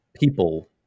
people